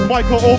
Michael